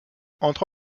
entre